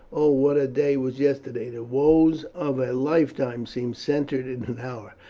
oh, what a day was yesterday! the woes of a lifetime seemed centred in an hour.